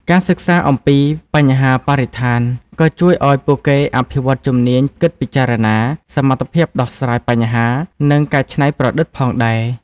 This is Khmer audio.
ការសិក្សាអំពីបញ្ហាបរិស្ថានក៏ជួយឱ្យពួកគេអភិវឌ្ឍជំនាញគិតពិចារណា សមត្ថភាពដោះស្រាយបញ្ហា និងការច្នៃប្រឌិតផងដែរ។